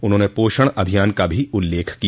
उन्होंने पोषण अभियान का भी उल्लेख किया